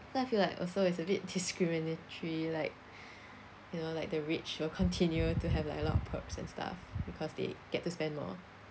so I feel like also it's a bit discriminatory like you know like the rich will continue to have like a lot of perks and stuff because they get to spend more